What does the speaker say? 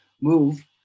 move